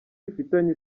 bifitanye